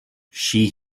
she